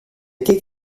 keek